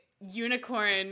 unicorn